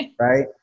right